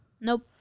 nope